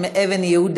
נגד,